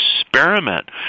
Experiment